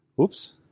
Oops